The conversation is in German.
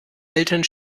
eltern